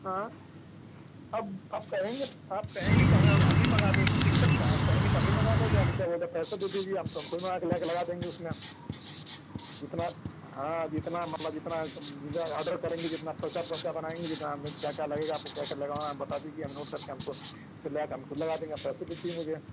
हाँ अब आप कहेंगे आप कहेंगी तो हम ही मँगा दें तो दिक्कत क्या है आप कहेंगी तो हम ही मँगा देंगे हम क्या बोलते पैसा दे दीजिए हम तो हम खुद मँगाकर ले आकर लगा देंगे उसमें जितना हाँ जितना मान लो जितना ऑर्डर करेंगी जितना पैसा पर्चा बनाएँगी जितना हमें क्या क्या लगेगा आपको क्या क्या लगवाना है बता दीजिए हम नोट करके हम तो सब ले आकर हम खुद लगा देंगे आप पैसे दे दीजिए मुझे